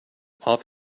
off